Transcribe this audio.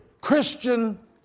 Christian